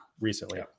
recently